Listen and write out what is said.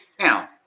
Now